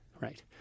Right